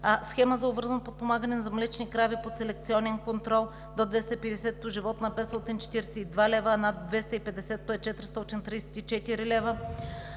Схема за обвързано подпомагане за млечни крави под селекционен контрол – до 250-ото животно е 542 лв., а над 250-ото е 434 лв.